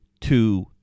two